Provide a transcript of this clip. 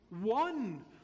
one